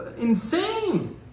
insane